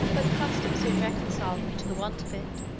but custom soon reconciled me to the want of it